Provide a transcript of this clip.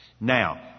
Now